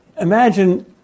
Imagine